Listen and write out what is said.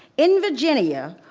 in virginia,